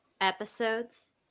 episodes